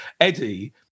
Eddie